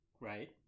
right